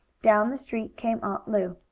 down the street came aunt lu.